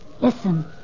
Listen